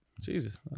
Jesus